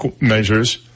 measures